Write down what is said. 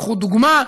קחו דוגמה: